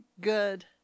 good